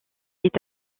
est